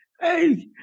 Hey